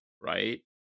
right